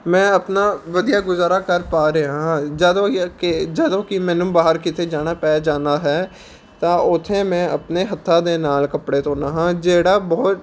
ਮੈਂ ਆਪਣਾ ਵਧੀਆ ਗੁਜ਼ਾਰਾ ਕਰ ਪਾ ਰਿਹਾ ਹਾਂ ਜਦੋਂ ਕਿ ਜਦੋਂ ਕਿ ਮੈਨੂੰ ਬਾਹਰ ਕਿਤੇ ਜਾਣਾ ਪੈ ਜਾਂਦਾ ਹੈ ਤਾਂ ਉੱਥੇ ਮੈਂ ਆਪਣੇ ਹੱਥਾਂ ਦੇ ਨਾਲ ਕੱਪੜੇ ਧੋਂਦਾ ਹਾਂ ਜਿਹੜਾ ਬਹੁਤ